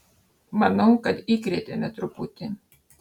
manau kad įkrėtėme truputį